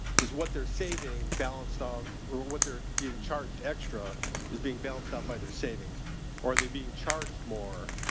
is what they're saving balanced off or what they're being charged extra is being balanced out by their savings or are they being charged more,